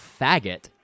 faggot